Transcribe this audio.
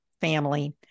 family